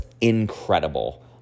incredible